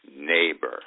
neighbor